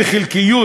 בחלקיות,